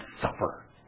suffer